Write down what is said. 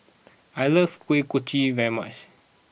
I like Kuih Kochi very much